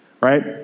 right